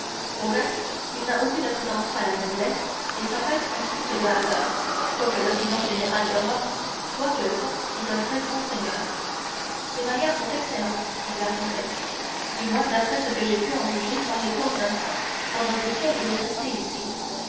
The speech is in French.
au reste il n'a aucune prétention à la noblesse et s'appelle un comte de hasard quoique l'opinion générale de rome soit que le comte est un très grand seigneur ses manières sont excellentes dit la comtesse du moins d'après ce que j'ai pu en juger par les courts instants pendant lesquels il est resté ici